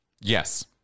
Yes